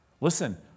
Listen